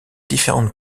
différentes